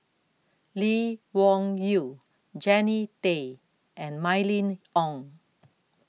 Lee Wung Yew Jannie Tay and Mylene Ong